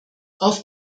auf